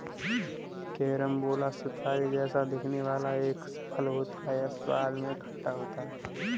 carambola सितारे जैसा दिखने वाला एक फल होता है यह स्वाद में खट्टा होता है